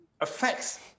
affects